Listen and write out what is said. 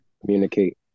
communicate